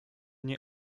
nie